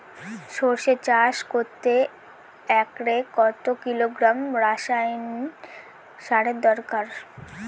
সরষে চাষ করতে একরে কত কিলোগ্রাম রাসায়নি সারের দরকার?